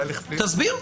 תסביר.